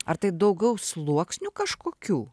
ar tai daugiau sluoksnių kažkokių